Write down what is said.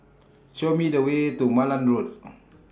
Show Me The Way to Malan Road